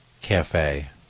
cafe